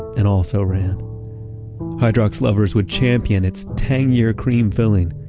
an also-ran hydrox lovers would champion its tangier cream filling.